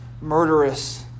murderous